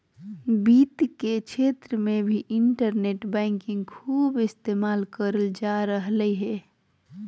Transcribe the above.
वित्त के क्षेत्र मे भी इन्टरनेट बैंकिंग खूब इस्तेमाल करल जा रहलय हें